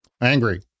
Angry